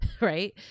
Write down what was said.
right